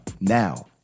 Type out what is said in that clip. now